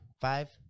Five